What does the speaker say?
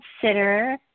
consider